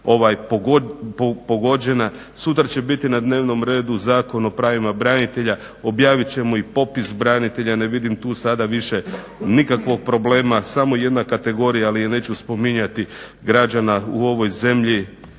pogođena. Sutra će biti na dnevnom redu Zakon o pravima branitelja objavit ćemo i popis branitelja. Ne vidim tu sada više nikakvog problema, samo jedna kategorija ali je neću spominjati građana u ovoj zemlji